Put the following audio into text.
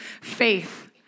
faith